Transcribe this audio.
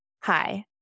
Hi